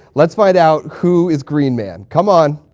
let's find out who is green man. come on.